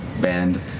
band